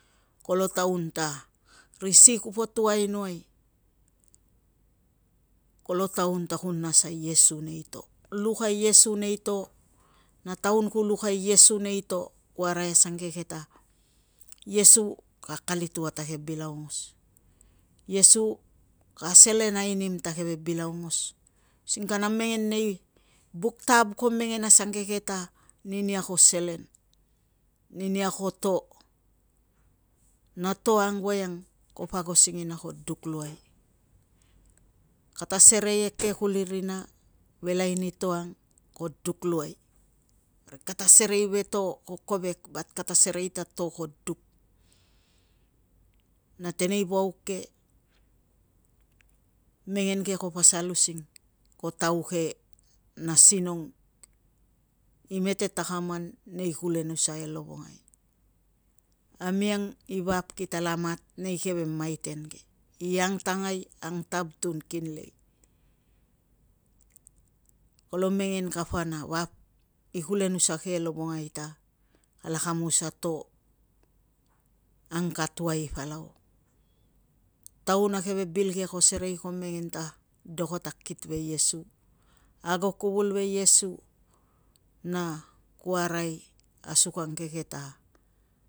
Kolo taun ta ri si kio tu ainoai kolo taun ta ku nas a iesu nei to, na taun ku luk a iesu nei to ku arai asangeke ta iesu ka akalit ua ta keve bil aungos using kana mengen nei buk tav ko mengen asangeke ta ninia ko selen, ninia ko to, na to ang voiang ko pa ago singina ko duk luai. Kata sere e kuli rina velai ni to ang ko duk luai, parik kata serei ve to ko kovek, bat kata serei ta to ko duk na tenei vauk ke mengen ke ko pasal using ko tauke na sinong i mete takaman nei kulenusa e lovongai. Amiang i vap kitala mat nei keve maiten ke i angtangai, ang tav tun kinlei kolo mengen kapa na vap i nei kulenusa ke e lovongai ta kala kamus a to angatuai palau, taun a keve bil ke ko serei ko mengen ta dokot akit ve iesu, ago kuvul ve iesu, na ku arai asukangeke ta